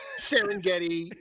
Serengeti